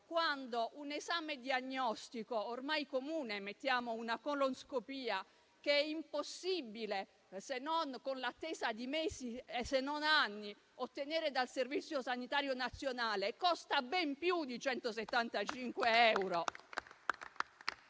quando un esame diagnostico ormai comune (mettiamo una colonscopia), che è impossibile ottenere se non con un'attesa di mesi, se non anni, dal Servizio sanitario nazionale, costa ben più di 175 euro.